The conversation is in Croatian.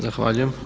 Zahvaljujem.